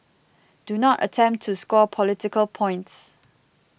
do not attempt to score political points